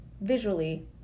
visually